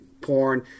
porn